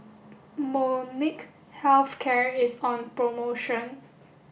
Molnylcke health care is on promotion